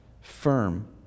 firm